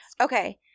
Okay